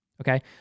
Okay